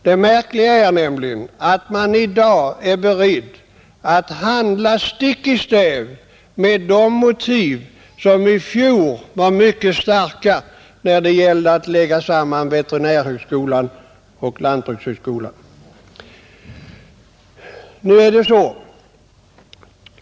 Det märkliga är nämligen att man i dag är beredd att handla stick i stäv med de motiv som i fjol var mycket starka, när det gällde att lägga samman veterinärhögskolan och lantbrukshögskolan.